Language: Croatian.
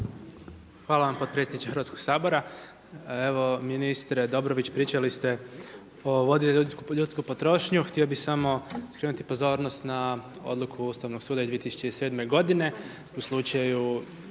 Hvala vam potpredsjedniče Hrvatskoga sabora. Evo ministre Dobrović pričali ste o vodi i ljudskoj potrošnji. Htio bih samo skrenuti pozornost na odluku Ustavnog suda iz 2007. godine u slučaju